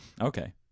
Okay